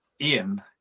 Ian